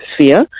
sphere